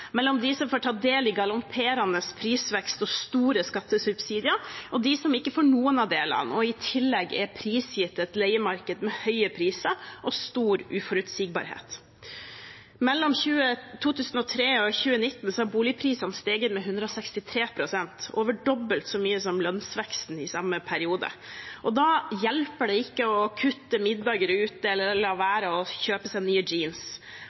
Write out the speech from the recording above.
mellom dem som får ta del i galopperende prisvekst og store skattesubsidier, og dem som ikke får noen av delene og i tillegg er prisgitt et leiemarked med høye priser og stor uforutsigbarhet. Mellom 2003 og 2019 har boligprisene steget med 163 pst., over dobbelt så mye som lønnsveksten i den samme perioden, og da hjelper det ikke å kutte middager ute eller å la være å kjøpe nye jeans, for man kan ikke spare seg